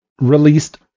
released